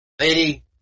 Lady